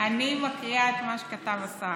אני מקריאה את מה שכתב השר.